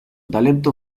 talento